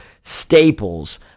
staples